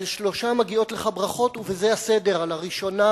על שלושה מגיעות לך ברכות ובזה הסדר: על הראשונה,